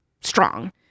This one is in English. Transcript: strong